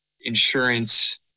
insurance